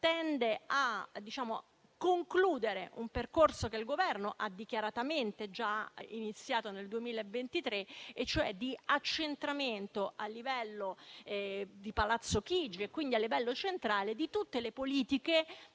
tende a concludere un percorso che il Governo ha dichiaratamente già iniziato nel 2023, un percorso di accentramento a Palazzo Chigi, quindi a livello centrale, di tutte le politiche